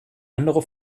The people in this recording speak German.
andere